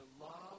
love